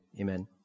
Amen